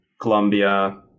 Colombia